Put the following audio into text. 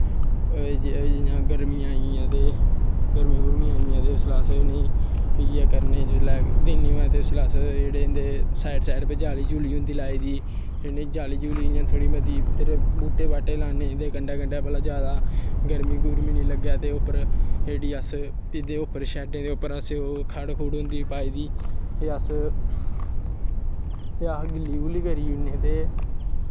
जि'यां गर्मियां आई गेइयां ते गर्मियां गुर्मियां आई गेइयां ते अस इ'नें गी इ'यै दिन्ने आं ते इं'दे सैड सैड पर जाली जूली होंदी लाई दी इ'नें गी जाली जूली थोह्ड़ी मती इद्धर इ'यांं बूह्टे बाह्टे लान्नें थोह्ड़े ब्हौते कंढै कंढै जादा गर्मी निं लग्गै उप्पर एह्दे उप्पर शैड्ड दे उप्पर असैं खढ़ खुढ़ होंदी पाई दी अस फ्ही अस गिल्ली गुल्ली करी ओड़नें ते